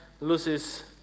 loses